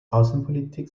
außenpolitik